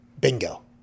Bingo